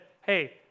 hey